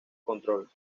control